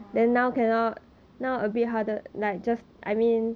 !wah!